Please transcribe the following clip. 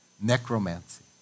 Necromancy